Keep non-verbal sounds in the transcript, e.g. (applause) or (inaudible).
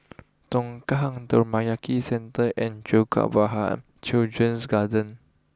Tongkang (unintelligible) Centre and Jacob (unintelligible) Children's Garden